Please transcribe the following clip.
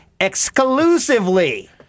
exclusively